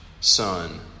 son